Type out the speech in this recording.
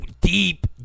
deep